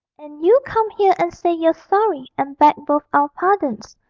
and you come here and say you're sorry and beg both our pardons.